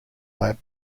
lab